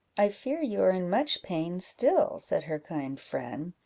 i fear you are in much pain still, said her kind friend,